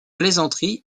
plaisanterie